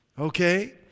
Okay